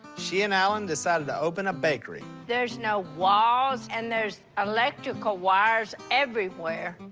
she and alan decided to open a bakery. there's no walls, and there's electrical wires everywhere.